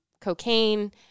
cocaine